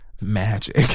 Magic